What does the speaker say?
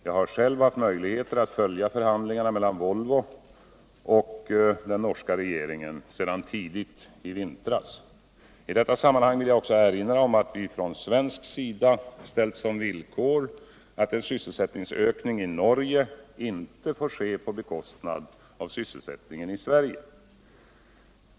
Jag har själv haft möjligheter att följa förhandlingarna mellan Volvo och den norska regeringen sedan tidigt i vintras. I detta sammanhang vill jag också erinra om att vi från svensk sida ställt som villkor att en sysselsättningsökning i Norge inte får ske på bekostnad av sysselsättningen i Sverige.